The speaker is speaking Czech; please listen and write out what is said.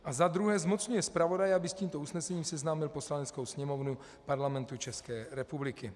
A za druhé zmocňuje zpravodaje, aby s tímto usnesením seznámil Poslaneckou sněmovnu Parlamentu České republiky.